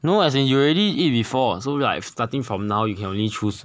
no as in you already eat before [what] so you starting from now you can only choose